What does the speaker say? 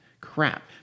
Crap